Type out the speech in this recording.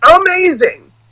amazing